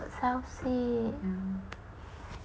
got sell seed